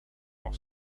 off